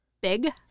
Big